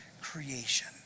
creation